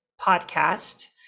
podcast